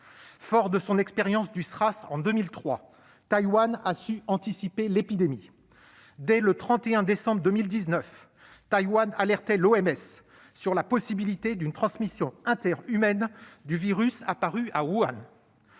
Fort de son expérience du SRAS en 2003, Taïwan a su anticiper l'épidémie. Dès le 31 décembre 2019, elle alertait l'OMS sur la possibilité d'une transmission interhumaine du virus apparu à Wuhan.